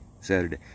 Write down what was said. Saturday